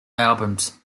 albums